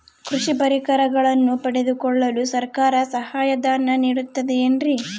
ಕೃಷಿ ಪರಿಕರಗಳನ್ನು ಪಡೆದುಕೊಳ್ಳಲು ಸರ್ಕಾರ ಸಹಾಯಧನ ನೇಡುತ್ತದೆ ಏನ್ರಿ?